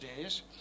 days